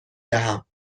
دهم